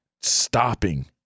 stopping